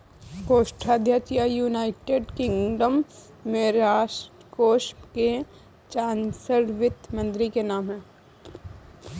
कोषाध्यक्ष या, United Kingdom में, राजकोष के चांसलर वित्त मंत्री के नाम है